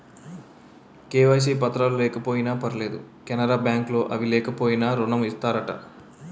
KYC పత్రాలు లేకపోయినా పర్లేదు కెనరా బ్యాంక్ లో అవి లేకపోయినా ఋణం ఇత్తారట